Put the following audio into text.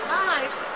lives